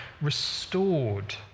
restored